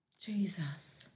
Jesus